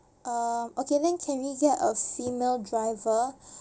uh okay then can we get a female driver